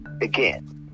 again